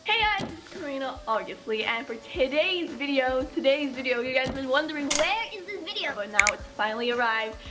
hey guys it's karina, obviously, and for today's video, today's video, you guy's been wondering where is this video? but and now it's finally arrived.